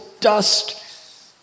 dust